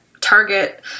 target